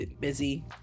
busy